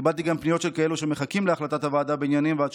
קיבלתי גם פניות של כאלה שמחכים להחלטת הוועדה בעניינם,